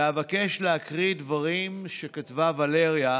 ואבקש להקריא דברים שכתבה ולריה,